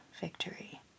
victory